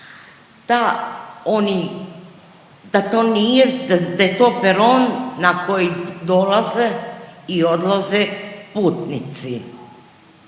da to nije, da je to peron na koji dolaze i odlaze putnici,